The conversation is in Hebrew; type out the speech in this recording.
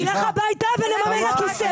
תלך הביתה ונממן את הכיסא.